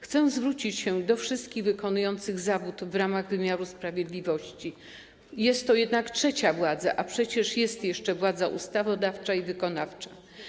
Chcę zwrócić się do wszystkich wykonujących zawód związany z wymiarem sprawiedliwości - jest to jednak trzecia władza, a przecież jest jeszcze władza ustawodawcza i wykonawcza.